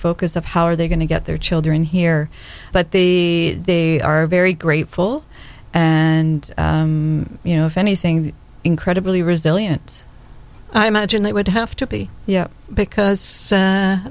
focus of how are they going to get their children here but the they are very grateful and you know if anything incredibly resilient i imagine they would have to be yeah because